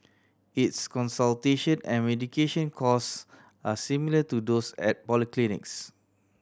its consultation and medication cost are similar to those at polyclinics